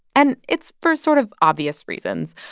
and its for sort of obvious reasons.